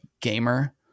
gamer